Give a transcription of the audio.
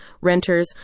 renters